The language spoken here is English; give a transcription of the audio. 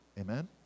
Amen